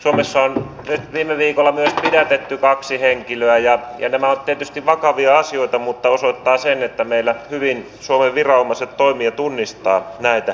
suomessa on viime viikolla myös pidätetty kaksi henkilöä ja nämä ovat tietysti vakavia asioita mutta tämä osoittaa sen että meillä hyvin suomen viranomaiset toimivat ja tunnistavat näitä